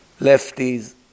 Lefties